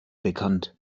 bekannt